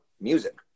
music